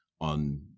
on